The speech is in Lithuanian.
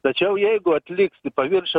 tačiau jeigu atliksi paviršio